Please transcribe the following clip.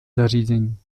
zařízení